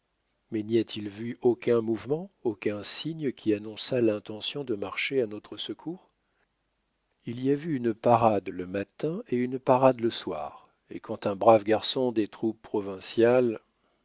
mais n'y a-t-il vu aucun mouvement aucun signe qui annonçât l'intention de marcher à notre secours il y a vu une parade le matin et une parade le soir et quand un brave garçon des troupes provinciales